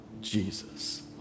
Jesus